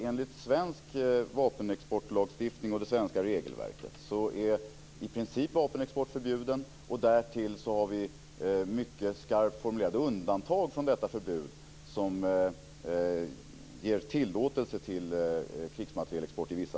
Enligt svensk vapenexportlagstiftning och det svenska regelverket är vapenexport i princip förbjuden, och vi har mycket skarpt formulerade undantag från detta förbud som i vissa fall ger tillåtelse till krigsmaterielexport.